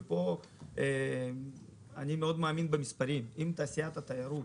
ואני מאמין מאוד במספרים אם תעשיית התיירות